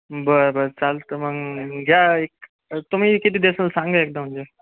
बर बर चालतं मग घ्या एक तुम्ही किती देसाल सांगा एकदा म्हणजे